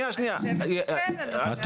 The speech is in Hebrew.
כן, אדוני.